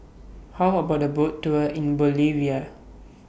How about A Boat Tour in Bolivia